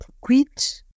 quit